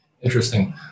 Interesting